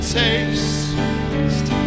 taste